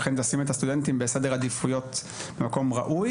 אכן תשים את הסטודנטים בסדר עדיפויות במקום ראוי